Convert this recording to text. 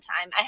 time